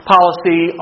Policy